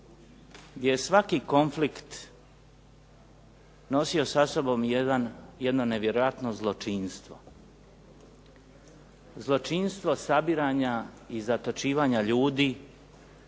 gdje je svaki konflikt nosio sa sobom jedno nevjerojatno zločinstvo, zločinstvo sabiranja i zatočivanja ljudi